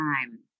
time